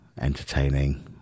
entertaining